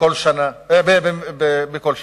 בכל שנה.